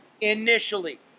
initially